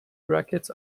brackets